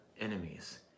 enemies